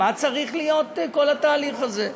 מה צריך להיות כל התהליך הזה.